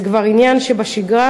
זה כבר עניין שבשגרה,